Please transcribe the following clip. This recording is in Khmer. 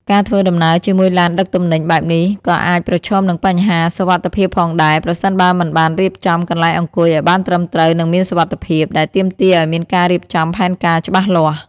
ការធ្វើដំណើរជាមួយឡានដឹកទំនិញបែបនេះក៏អាចប្រឈមនឹងបញ្ហាសុវត្ថិភាពផងដែរ ប្រសិនបើមិនបានរៀបចំកន្លែងអង្គុយឱ្យបានត្រឹមត្រូវនិងមានសុវត្ថិភាព ដែលទាមទារឱ្យមានការរៀបចំផែនការច្បាស់លាស់។